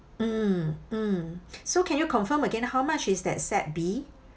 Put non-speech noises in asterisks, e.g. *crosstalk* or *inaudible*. mm mm *breath* so can you confirm again how much is that set B